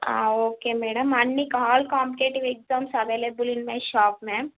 okay madam అన్ని all competitive exams available in my shop ma'am